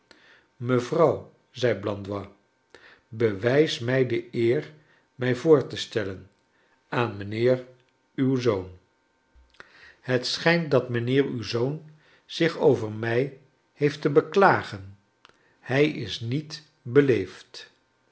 mevrouw zei blandois bewijs mij de eer mij voor te stellen aan mijnheer uw zoon het schijnt dat charles dickens mijnheer uw zoon zich over mij heeft te beklagen hij is niet beleefd